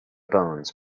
bones